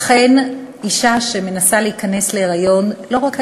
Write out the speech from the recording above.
אכן, אישה שמנסה להיכנס להיריון, לא רק האישה,